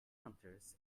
hunters